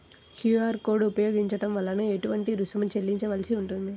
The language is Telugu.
క్యూ.అర్ కోడ్ ఉపయోగించటం వలన ఏటువంటి రుసుం చెల్లించవలసి ఉంటుంది?